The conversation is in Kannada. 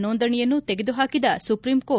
ನೋಂದಣಿಯನ್ನು ತೆಗೆದುಹಾಕಿದ ಸುಪ್ರೀಂ ಕೋರ್ಟ್